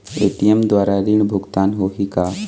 ATM द्वारा ऋण भुगतान होही का?